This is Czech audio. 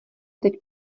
teď